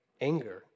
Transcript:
anger